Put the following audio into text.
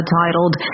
titled